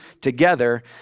together